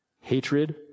Hatred